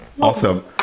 Awesome